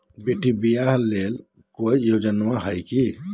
बेटी ब्याह ले कोई योजनमा हय की?